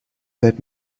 that